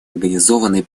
организованной